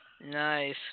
Nice